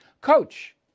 coach